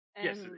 Yes